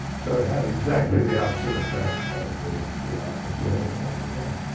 so it had exactly the opposite effect of the bureaucracy and but, once again,